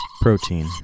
Protein